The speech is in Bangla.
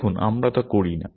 দেখুন আমরা তা করি না